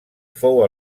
fou